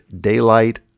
daylight